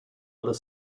other